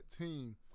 team